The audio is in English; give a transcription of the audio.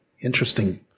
interesting